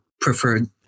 preferred